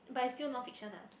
but is still non fiction ah